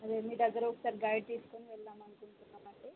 అదే మీ దగ్గర ఒకసారి గైడ్ తీసుకుని వెళ్దాము అనుకుంటున్నాము అండి